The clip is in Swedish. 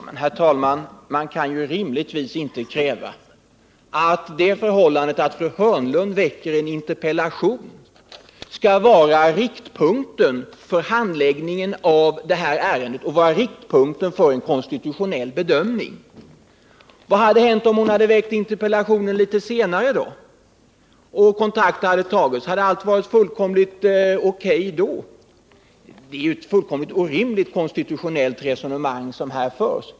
Herr talman! Man kan ju rimligtvis inte kräva att det förhållandet att fru Hörnlund framställer en interpellation skall vara riktpunkten för handläggningen av detta ärende och för en konstitutionell bedömning. Vad hade hänt om hon hade framställt interpellationen litet senare — och kontakt hade tagits? Hade allt varit O.K. då? Det är ju ett fullkomligt orimligt konstitutionellt resonemang som här förs.